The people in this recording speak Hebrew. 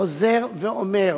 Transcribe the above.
חוזר ואומר,